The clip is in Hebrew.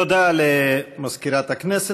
תודה למזכירת הכנסת.